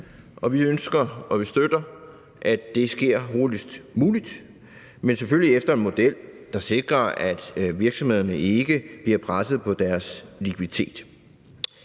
vi ønsker og støtter, at det sker hurtigst muligt, men selvfølgelig efter en model, der sikrer, at virksomhederne ikke bliver presset på deres likviditet.